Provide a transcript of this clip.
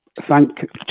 thank